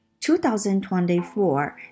2024